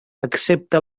excepte